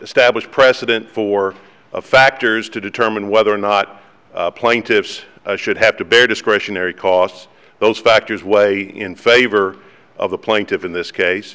established precedent for factors to determine whether or not plaintiffs should have to bear discretionary costs those factors weigh in favor of the plaintiff in this case